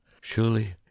surely